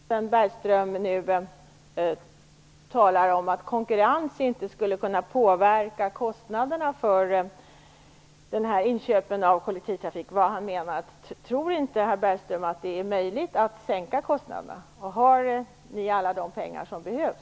Herr talman! Sven Bergström talar nu om att konkurrens inte skulle kunna påverka kostnaderna för inköp av kollektivtrafik. Jag undrar vad han menar med det. Tror inte herr Bergström att det är möjligt att sänka kostnaderna? Har ni alla de pengar som behövs?